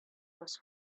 was